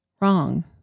Wrong